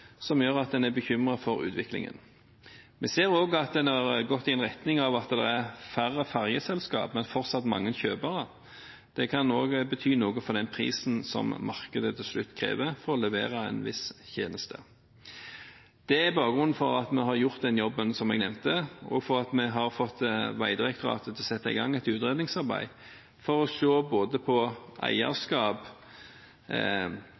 som gjør at en er bekymret for utviklingen. Vi ser også at en har gått i retning av at det er færre ferjeselskap, men fortsatt mange kjøpere. Det kan også bety noe for den prisen som markedet til slutt krever for å levere en viss tjeneste. Det er bakgrunnen for at vi har gjort den jobben som jeg nevnte, og for at vi har fått Vegdirektoratet til å sette i gang et utredningsarbeid for å se på både